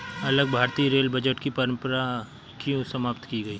अलग भारतीय rail budget की परंपरा क्यों समाप्त की गई?